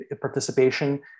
participation